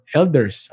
elders